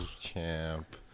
champ